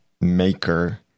maker